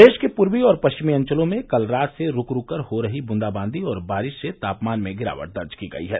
प्रदेश के पूर्वी और पश्चिमी अंचलों में कल रात से रूक रूक कर हो रही बूंदाबांदी और बारिश से तापमान में गिरावट दर्ज की गयी है